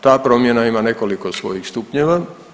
Ta promjena ima nekoliko svojih stupnjeva.